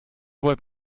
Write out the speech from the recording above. wollt